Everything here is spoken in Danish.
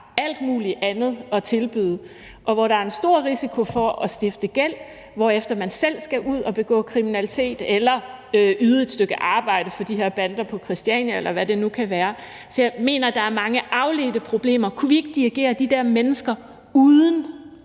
alt muligt andet at tilbyde, og hvor der er en stor risiko for at stifte gæld, hvorefter man selv skal ud at begå kriminalitet eller yde et stykke arbejde for de her bander på Christiania, eller hvad det nu kan være. Så jeg mener, der er mange afledte problemer. Kunne vi ikke dirigere de der mennesker uden